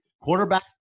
Quarterback